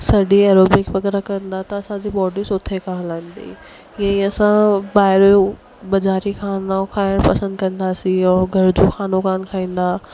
सॼी एरोबिक वग़ैरह कंदा त असांजी बॉडी सुठे खां हलंदी हीअं ई असां ॿाहिरि जो बाज़ारी खानो खाइणु पसंदि कंदासि ऐं घर जो खानो कोन खाईंदा